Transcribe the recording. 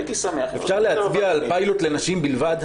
אפשר להצביע על פיילוט לנשים בלבד?